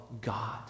God